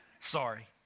Sorry